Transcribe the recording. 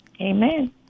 Amen